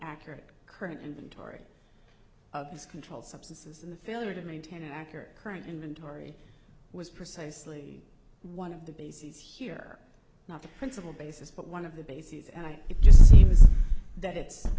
accurate current inventory of this controlled substances and the failure to maintain an accurate current inventory was precisely one of the bases here not the principal basis but one of the bases and i just see this is that it's